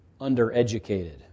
undereducated